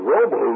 Robo